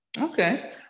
Okay